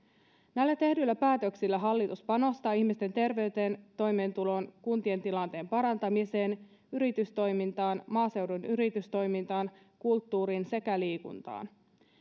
näillä tehdyillä päätöksillä hallitus panostaa ihmisten terveyteen toimeentuloon kuntien tilanteen parantamiseen yritystoimintaan maaseudun yritystoimintaan kulttuuriin sekä liikuntaan